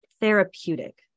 therapeutic